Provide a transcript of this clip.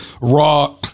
raw